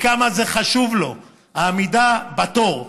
כמה היא חשובה לו, העמידה בתור,